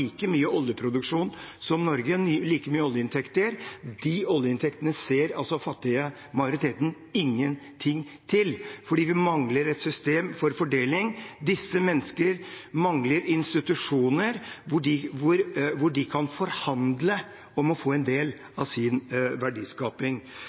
mye oljeproduksjon og oljeinntekter som Norge. De oljeinntektene ser den fattige majoriteten ingenting til fordi det mangler et system for fordeling. Disse menneskene mangler institusjoner hvor de kan forhandle om å få en